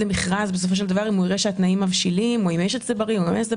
למכרז אם הוא יראה שהתנאים מבשילים או אם יש או אין- --.